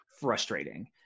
frustrating